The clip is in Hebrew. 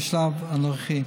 בשלב הנוכחי.